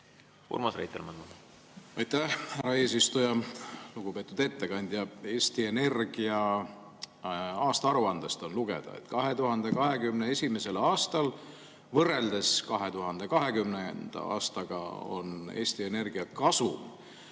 Urmas Reitelmann, palun! Aitäh, härra eesistuja! Lugupeetud ettekandja! Eesti Energia aastaaruandest võib lugeda, et 2021. aastal võrreldes 2020. aastaga on Eesti Energia kasum